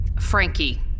Frankie